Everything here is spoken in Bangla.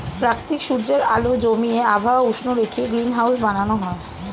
প্রাকৃতিক সূর্যের আলো জমিয়ে আবহাওয়া উষ্ণ রেখে গ্রিনহাউস বানানো হয়